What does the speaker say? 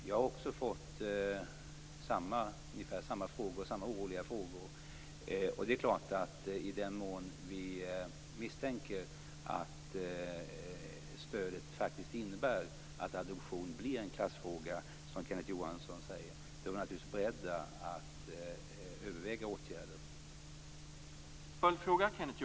Jag har fått ungefär samma oroliga frågor. I den mån vi misstänker att stödet faktiskt innebär att adoption blir en klassfråga, som Kenneth Johansson säger, är vi naturligtvis beredda att överväga åtgärder.